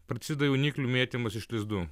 prasideda jauniklių mėtymas iš lizdų